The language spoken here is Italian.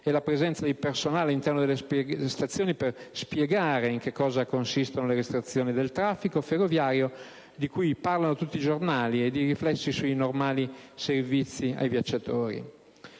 e la presenza di personale all'interno delle stazioni per spiegare in che cosa consistono le restrizioni al traffico ferroviario, di cui parlano tutti i giornali, e i riflessi sui normali servizi ai viaggiatori.